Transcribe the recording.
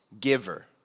giver